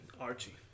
Archie